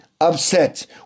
upset